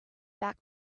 back